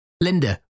linda